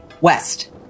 west